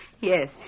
Yes